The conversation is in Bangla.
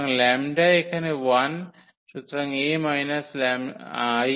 সুতরাং λ এখানে 1 সুতরাং 𝐴 𝐼𝑥 0